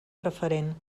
preferent